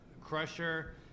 Crusher